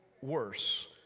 worse